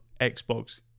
Xbox